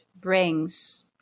brings